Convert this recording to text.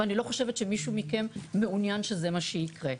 ואני לא חושבת שמישהו מכם מעוניין שזה מה שיקרה.